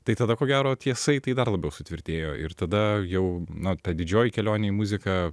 tai tada ko gero tie saitai dar labiau sutvirtėjo ir tada jau na ta didžioji kelionė į muziką